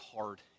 hard